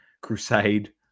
Crusade